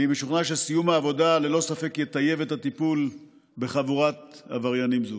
אני משוכנע שסיום העבודה ללא ספק יטייב את הטיפול בחבורת עבריינים זו.